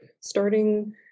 starting